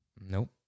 Nope